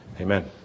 Amen